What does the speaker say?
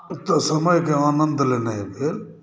एकटा समयके आनन्द लेनाइ भेल